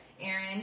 Aaron